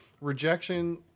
rejection